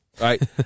right